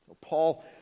Paul